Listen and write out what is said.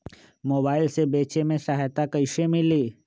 Mobile से बेचे में सहायता कईसे मिली?